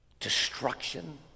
destruction